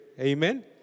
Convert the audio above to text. Amen